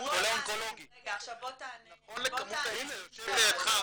נכון לכמות ההיצעים -- הנה יושב לידך החולה,